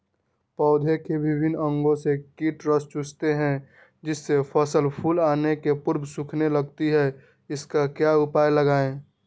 पौधे के विभिन्न अंगों से कीट रस चूसते हैं जिससे फसल फूल आने के पूर्व सूखने लगती है इसका क्या उपाय लगाएं?